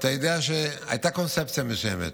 שהייתה קונספציה מסוימת.